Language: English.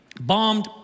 bombed